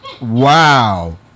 Wow